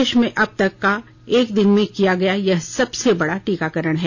प्रदेश में अब तक का एक ही दिन में किया गया यह सबसे बड़ा टीकाकरण है